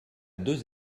deux